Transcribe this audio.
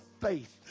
faith